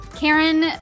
Karen